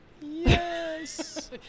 yes